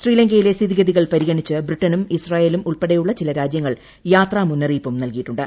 ശ്രീലങ്കയിലെ സ്ഥിതിഗതികൾ പരിഗണിച്ച് ബ്രിട്ടനും ഇസ്രായേലും ഉൾപ്പെടെയുള്ള ചില രാജ്യങ്ങൾ യ്ാതാ മുന്നറിയിപ്പും നൽകിയിട്ടുണ്ട്